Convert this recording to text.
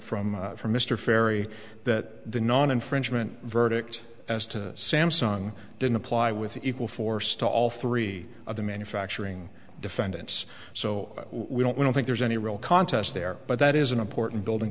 from from mr ferrie that the non infringement verdict as to samsung didn't apply with equal force to all three of the manufacturing defendants so we don't we don't think there's any real contest there but that is an important building